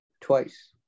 twice